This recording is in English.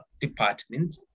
department